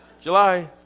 July